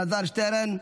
חבר הכנסת אלעזר שטרן,